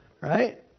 Right